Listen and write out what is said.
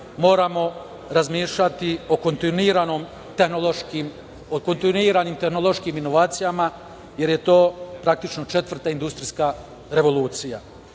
moramo razmišljati o kontinuiranim tehnološkim inovacijama, jer je to, praktično, četvrta industrijska revolucija. Budućnost